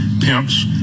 pimps